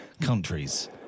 countries